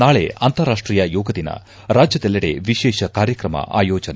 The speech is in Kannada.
ನಾಳೆ ಅಂತಾರಾಷ್ಟೀಯ ಯೋಗ ದಿನ ರಾಜ್ನದೆಲ್ಲೆಡೆ ವಿಶೇಷ ಕಾರ್ಯಕ್ರಮ ಆಯೋಜನೆ